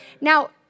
now